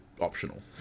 optional